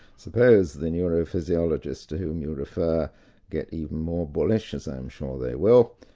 suppose the neurophysiologists to whom you refer get even more bullish, as i'm sure they will,